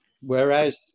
whereas